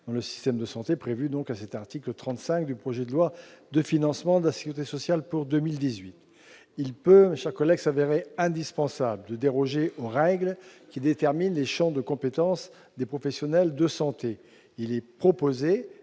dans le système de santé prévues à l'article 35 du projet de loi de financement de la sécurité sociale pour 2018. Il peut s'avérer indispensable de déroger aux règles qui déterminent les champs de compétence des professionnels de santé. Il est proposé